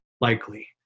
likely